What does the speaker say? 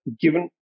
given